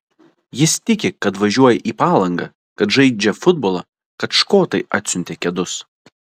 jis tiki kad važiuoja į palangą kad žaidžia futbolą kad škotai atsiuntė kedus